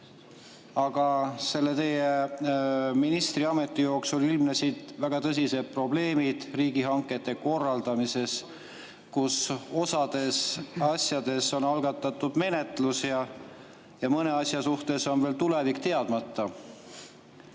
Aga teie ministriameti jooksul on ilmnenud väga tõsised probleemid riigihangete korraldamises. Osas asjades on algatatud menetlus ja mõne asja suhtes on veel tulevik teadmata.